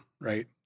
right